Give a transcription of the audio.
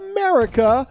America